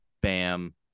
Bam